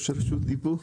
יש רשות דיבור?